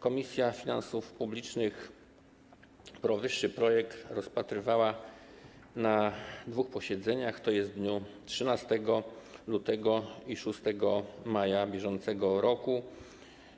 Komisja Finansów Publicznych powyższy projekt rozpatrywała na dwóch posiedzeniach, tj. w dniach 13 lutego i 6 maja br.,